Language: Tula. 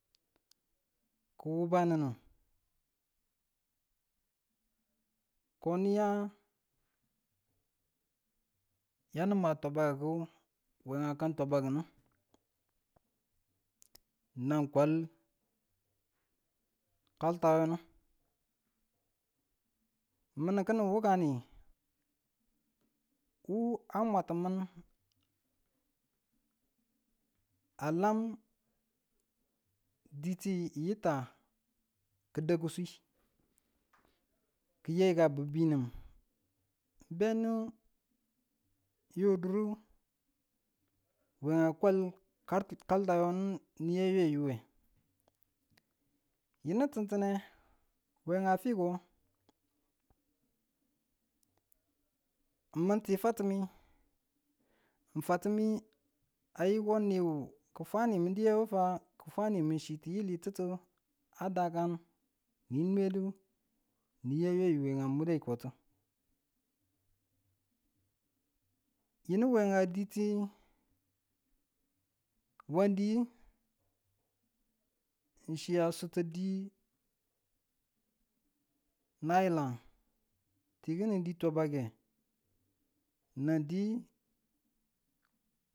Ko wubaninu, ko ya ya nima tabakiku be akan tabakiku, nan kwal kaltayoni, minu kin wukani, wu a mwatti min a lam diti yiitta ki da̱kisi ki yaika bibuni beni yo diru wenga a kwal kaltayonu niyayayu we yinu ti̱ntinne wenga yiko, mun ti fwatumi n fwatumi a yi ko niyu ki fwanimudu wewu fa ki fwanimu chi ti wi̱litutu adakan nin nwedu ni ya yayu a mure ko ti yinu we a diti wandi n chi a sutu di nayila ti kini di twabake nan di.